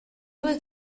due